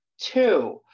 Two